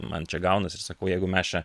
man čia gaunasi sakau jeigu mes čia